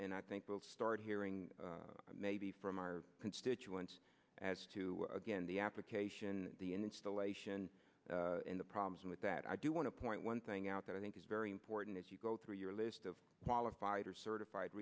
and i think we'll start hearing maybe from our constituents as to again the application the installation the problem with that i do want to point one thing out that i think is very important as you go through your list of qualified or certified